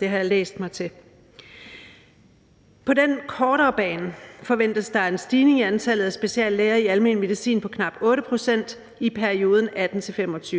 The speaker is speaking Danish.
Det har jeg læst mig til. På den kortere bane forventes der en stigning i antallet af speciallæger i almen medicin på knap 8 pct. i perioden 2018-2025.